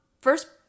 First